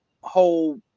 whole